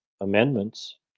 amendments